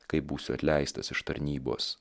kai būsiu atleistas iš tarnybos